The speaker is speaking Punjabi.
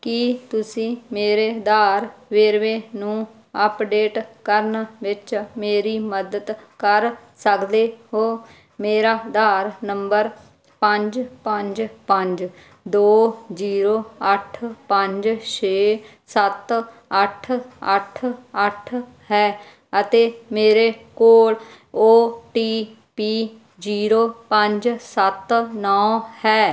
ਕੀ ਤੁਸੀਂ ਮੇਰੇ ਆਧਾਰ ਵੇਰਵੇ ਨੂੰ ਅੱਪਡੇਟ ਕਰਨ ਵਿੱਚ ਮੇਰੀ ਮਦਦ ਕਰ ਸਕਦੇ ਹੋ ਮੇਰਾ ਆਧਾਰ ਨੰਬਰ ਪੰਜ ਪੰਜ ਪੰਜ ਦੋ ਜ਼ੀਰੋ ਅੱਠ ਪੰਜ ਛੇ ਸੱਤ ਅੱਠ ਅੱਠ ਅੱਠ ਹੈ ਅਤੇ ਮੇਰੇ ਕੋਲ ਓ ਟੀ ਪੀ ਜ਼ੀਰੋ ਪੰਜ ਸੱਤ ਨੌਂ ਹੈ